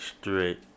Straight